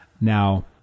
Now